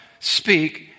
speak